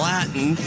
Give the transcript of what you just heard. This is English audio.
Latin